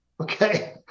okay